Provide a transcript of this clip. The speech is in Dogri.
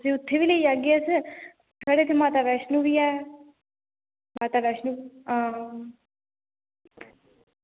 ते उत्थें बी लेई जाह्गे अस ते साढ़े उत्थें माता वैष्णो बी ऐ माता वैष्णो आं